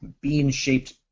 bean-shaped